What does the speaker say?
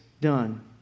done